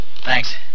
Thanks